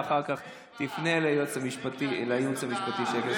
ואחר כך תפנה אל הייעוץ המשפטי של הכנסת.